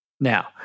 Now